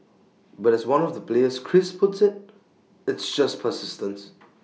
but as one of the players Chris puts IT it's just persistence